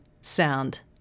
sound